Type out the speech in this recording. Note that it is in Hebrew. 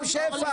אם כן,